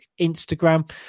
Instagram